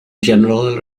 general